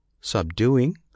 subduing